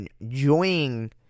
enjoying